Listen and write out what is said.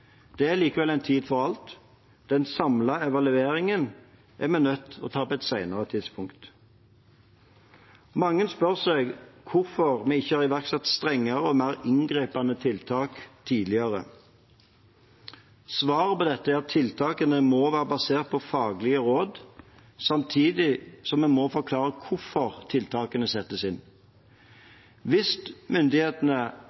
Det er likevel en tid for alt. Den samlede evalueringen er vi nødt til å ta på et senere tidspunkt. Mange har spurt seg hvorfor vi ikke har iverksatt strengere og mer inngripende tiltak tidligere. Svaret på dette er at tiltakene må være basert på faglige råd, samtidig som vi må forklare hvorfor tiltakene settes